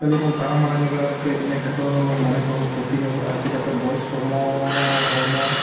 ᱠᱷᱟᱹᱞᱤ ᱵᱚᱱ ᱛᱟᱲᱟᱢᱟ ᱧᱚᱜᱼᱟ ᱠᱟᱹᱡ ᱤᱱᱟᱹ ᱠᱷᱟᱱ ᱫᱚ ᱢᱚᱱᱮ ᱠᱚᱦᱚᱸ ᱯᱷᱩᱨᱛᱤ ᱧᱚᱜᱚᱜᱼᱟ ᱪᱤᱠᱟᱹᱛᱮ ᱵᱚᱭᱮᱥ ᱦᱚᱲᱢᱚ ᱦᱚᱲᱢᱚ